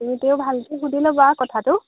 তুমি ভালকৈ সুধি ল'বা কথাটো